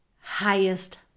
highest